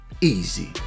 Easy